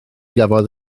gafodd